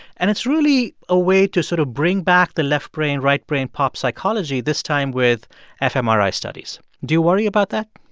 and it's really a way to sort of bring back the left brain, right brain pop psychology, this time with fmri studies. do you worry about that?